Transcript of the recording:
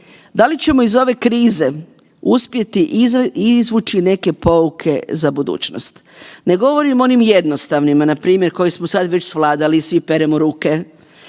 da li ćemo iz ove krize uspjeti izvući neke pouke za budućnost. Ne govorim o onim jednostavnima, npr. koje smo sad već svladali, svi peremo ruke.